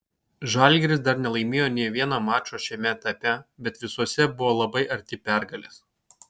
žalgiris dar nelaimėjo nė vieno mačo šiame etape bet visuose buvo labai arti pergalės